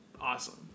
awesome